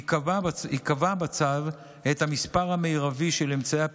יקבע בצו את המספר המרבי של אמצעי